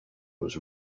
was